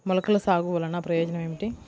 మొలకల సాగు వలన ప్రయోజనం ఏమిటీ?